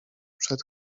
przed